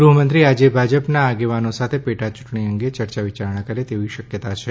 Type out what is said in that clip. ગૃહમંત્રી આજે ભાજપના આગેવાનો સાથે પેટાયુંટણી અંગે ચર્ચા વિચારણા કરે તેવી શકથતા છે